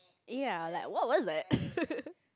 ya like what was that